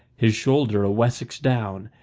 his shoulder a wessex down,